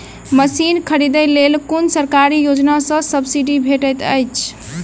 Machine खरीदे लेल कुन सरकारी योजना सऽ सब्सिडी भेटैत अछि?